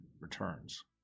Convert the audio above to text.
returns